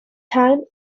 time